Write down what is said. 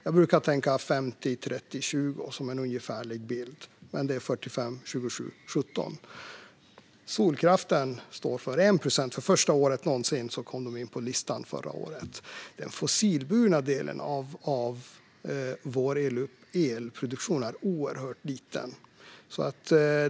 Jag brukar tänka 50, 30, 20 som en ungefärlig bild, men det är 45, 27, 17. Solkraften står för 1 procent och kom för första gången någonsin med på listan förra året. Den fossilburna delen av vår elproduktion är oerhört liten.